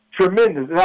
tremendous